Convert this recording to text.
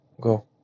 go